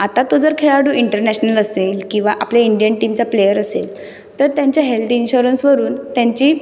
आता तो जर खेळाडू इंटरनॅशनल असेल किंवा आपल्या इंडियन टीमचा प्लेयर असेल तर त्यांच्या हेल्थ इन्शुरंसवरून त्यांची